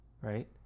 right